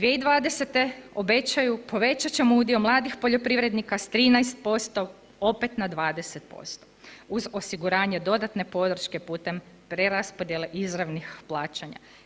2020. obećaju povećat ćemo udio mladih poljoprivrednika sa 13% opet na 20% uz osiguranje dodatne podrške putem preraspodjele izravnih plaćanja.